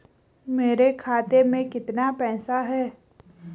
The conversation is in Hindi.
मेरे खाते में कितना पैसा है?